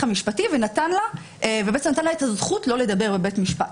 המשפטי ונתן לה את הזכות לא לדבר בבית משפט.